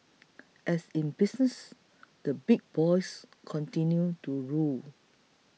as in business the big boys continue to rule